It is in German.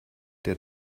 der